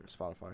Spotify